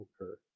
occur